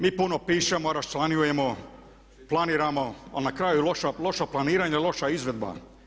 Mi puno pišemo, raščlanjujemo, planiramo a na kraju loša planiranja, loša izvedba.